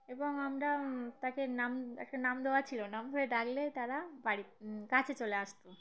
এবং আমরা তাকে নাম একটা নাম দেওয়া ছিল নাম ধরে ডাকলে তারা বাড়ির কাছে চলে আসতো